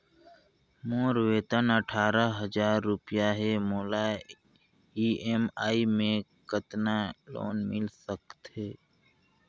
मोर वेतन अट्ठारह हजार रुपिया हे मोला ई.एम.आई मे कतेक लोन मिल सकथे?